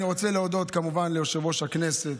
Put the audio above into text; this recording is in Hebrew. אני רוצה להודות, כמובן, ליושב-ראש הכנסת,